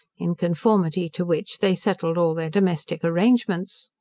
in conformity to which they settled all their domestic arrangements.